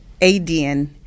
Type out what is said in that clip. ADN